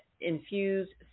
Infused